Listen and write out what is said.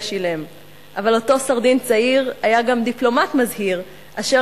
חירש-אילם.// אבל אותו סרדין צעיר / היה גם דיפלומט מזהיר./ אשר